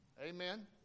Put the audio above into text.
Amen